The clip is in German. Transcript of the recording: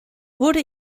wurde